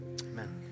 amen